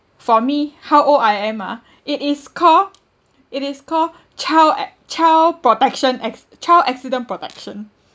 for me how old I am ah it is call it is call child acc~ child protection acc~ child accident protection